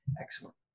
excellent